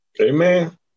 Amen